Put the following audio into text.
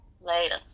Later